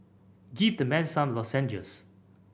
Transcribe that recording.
give the man some lozenges